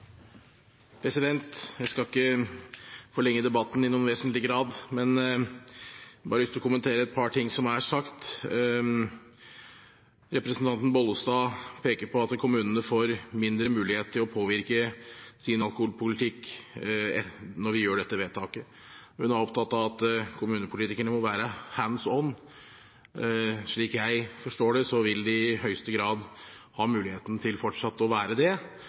Jeg skal ikke forlenge debatten i noen vesentlig grad, men jeg har lyst til å kommentere et par ting som er sagt. Representanten Bollestad peker på at kommunene får mindre mulighet til å påvirke sin alkoholpolitikk når vi fatter dette vedtaket. Hun er opptatt av at kommunepolitikerne må være «hands on». Slik jeg forstår det, vil de i høyeste grad ha muligheten til fortsatt å være det,